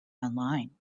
online